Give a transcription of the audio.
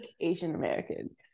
Asian-American